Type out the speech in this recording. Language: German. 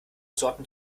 sorten